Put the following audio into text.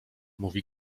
mówi